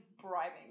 bribing